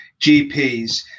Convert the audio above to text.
GPs